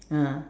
ah